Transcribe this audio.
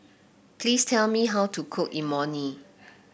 please tell me how to cook Imoni